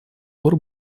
пор